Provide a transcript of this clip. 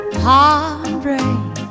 heartbreak